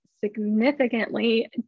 significantly